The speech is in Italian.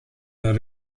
dal